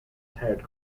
tired